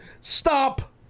Stop